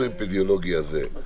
האפידמיולוגי הזה,